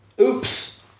Oops